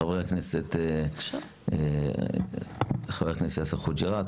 חבר הכנסת יאסר חוג'ראת,